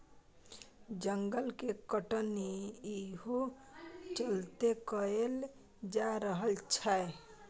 जंगल के कटनी इहो चलते कएल जा रहल छै